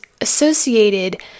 associated